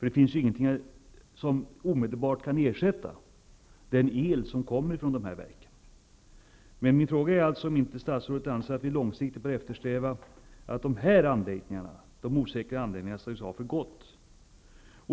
Det finns ingenting som omedelbart kan ersätta elen från dessa verk. Min fråga är alltså om inte statsrådet anser att vi långsiktigt bör eftersträva att se till att dessa osäkra anläggningar stängs av för gott.